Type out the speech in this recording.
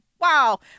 Wow